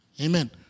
Amen